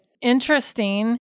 interesting